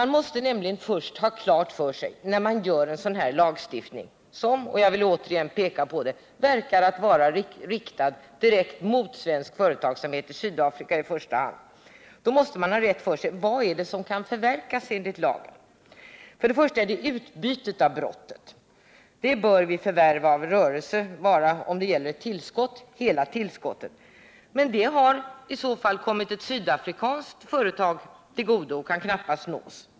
När man inför en sådan här lagstiftning, som — jag vill återigen peka på det — verkar vara riktad direkt mot svensk företagsamhet, i första hand i Sydafrika, måste man nämligen först ha klart för sig vad det är som kan förverkas enligt lagen. Först och främst är det utbytet av brottet. Det bör vid förvärv av rörelse — om det gäller tillskott — vara hela tillskottet. Detta har emellertid i så fall kommit ett sydafrikanskt företag till godo och kan knappast nås.